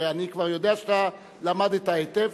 ואני כבר יודע שאתה למדת היטב,